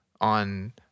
on